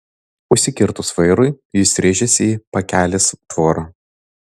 užsikirtus vairui jis rėžėsi į pakelės tvorą